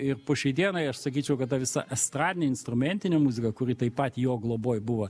ir po šiai dienai aš sakyčiau kad ta visa estradinė instrumentinė muzika kuri taip pat jo globoj buvo